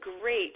great